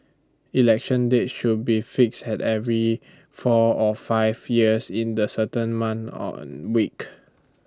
election dates should be fixed at every four or five years in the certain month on week